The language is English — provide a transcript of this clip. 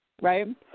right